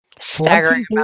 staggering